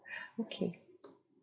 okay